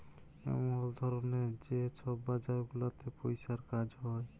এমল ধরলের যে ছব বাজার গুলাতে পইসার কাজ হ্যয়